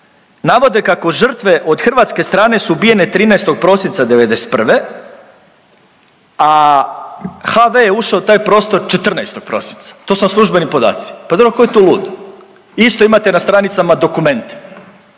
navode kako žrtve od hrvatske strane su ubijene 13. prosinca '91. a HV je ušao u taj prostor 14. prosinca. To su službeni podaci. Pa dobro tko je tu lud? Isto imate na stranicama dokument